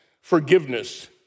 forgiveness